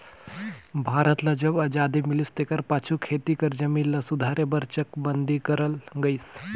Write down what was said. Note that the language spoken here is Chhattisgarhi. भारत ल जब अजादी मिलिस तेकर पाछू खेती कर जमीन ल सुधारे बर चकबंदी करल गइस